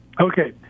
Okay